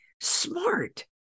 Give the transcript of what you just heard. smart